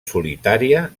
solitària